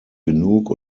genug